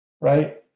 right